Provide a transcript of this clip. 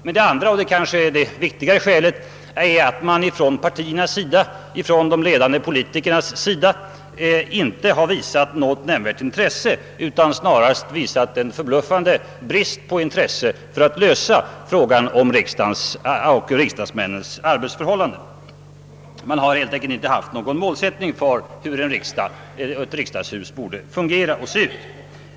Den andra och kanske viktigaste anledningen är att partierna och de ledande politikerna inte visat något nämnvärt intresse för frågan om riksdagens och riksdagsmännens = arbetsförhållanden. Man har inte haft någon målsättning för hur riksdagshuset bör fungera och se ut.